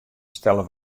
stelle